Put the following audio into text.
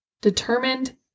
determined